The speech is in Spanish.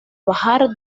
bajar